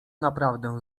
naprawdę